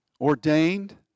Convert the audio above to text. ordained